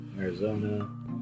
Arizona